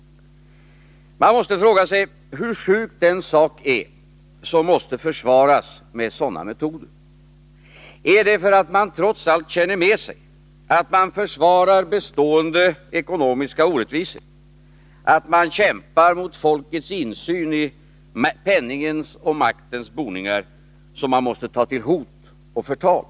Man måste fråga sig hur sjuk den sak är som måste försvaras med sådana metoder. Är det för att man trots allt känner med sig att man försvarar bestående ekonomiska orättvisor och maktkoncentration, att man kämpar mot folkets insyn i penningens och maktens boningar, som man måste ta till hot och förtal?